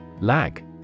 Lag